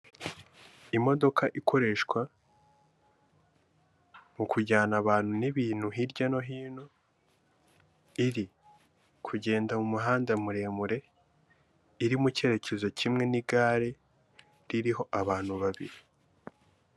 Imodoka ikoreshwa mu kujyana abantu n'ibintu hirya no hino iri kugenda mu muhanda muremure iri mu cyerekezo kimwe n'igare ririho abantu babiri.